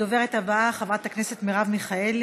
הדוברת הבאה, חברת הכנסת מרב מיכאלי.